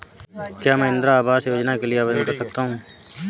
क्या मैं इंदिरा आवास योजना के लिए आवेदन कर सकता हूँ?